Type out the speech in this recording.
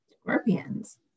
Scorpions